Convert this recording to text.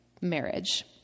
marriage